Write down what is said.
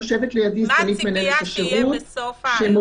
יושבת לידי סגנית מנהלת השירות שמובילה